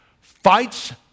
Fights